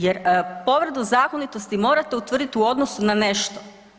Jer povredu zakonitosti morate utvrditi u odnosu na nešto.